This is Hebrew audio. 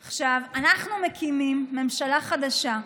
עכשיו, אנחנו מקימים ממשלה חדשה,